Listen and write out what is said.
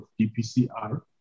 DPCR